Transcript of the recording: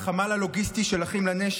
החמ"ל הלוגיסטי של אחים לנשק,